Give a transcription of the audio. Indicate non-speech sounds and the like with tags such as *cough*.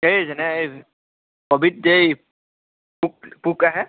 এই যেনে এই *unintelligible* এই পোক পোক আহে